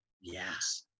Yes